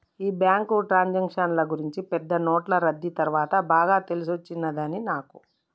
ఈ బ్యాంకు ట్రాన్సాక్షన్ల గూర్చి పెద్ద నోట్లు రద్దీ తర్వాత బాగా తెలిసొచ్చినది నాకు